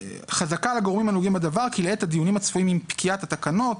חזקה על הגורמים הנוגעים בדבר כי לעת הדיונים הצפויים עם פקיעת התקנות,